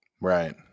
right